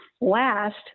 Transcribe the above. Last